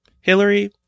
Hillary